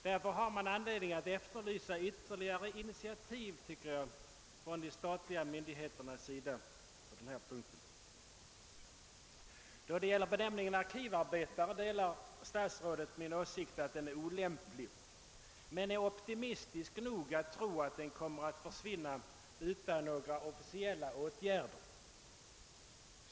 Därför har man anledning att på denna punkt efterlysa ytterligare initiativ från de statliga myndigheternas sida. Då det gäller benämningen arkivarbetare delar statsrådet min åsikt att den är olämplig, men han är optimistisk nog att tro att den kommer att försvinna utan att några officiella åtgärder vidtages.